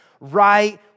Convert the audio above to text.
right